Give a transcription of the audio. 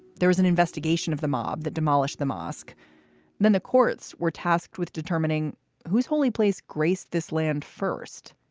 there is an investigation of the mob that demolished the mosque then the courts were tasked with determining whose holy place graced this land first.